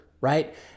right